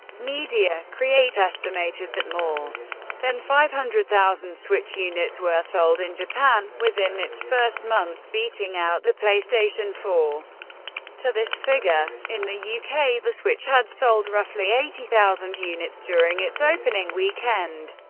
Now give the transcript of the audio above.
media create estimated that more than five hundred thousand switch units were sold in japan within its first month, beating out the playstation four to this figure. in the yeah uk, the switch had sold roughly eighty thousand units during its opening weekend,